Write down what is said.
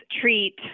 treat